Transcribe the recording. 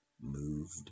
moved